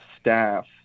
staff